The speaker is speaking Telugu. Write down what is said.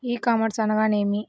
ఈ కామర్స్ అనగా నేమి?